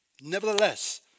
Nevertheless